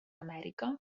amèrica